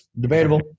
Debatable